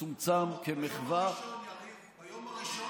מצומצם, כמחווה, יריב, ביום הראשון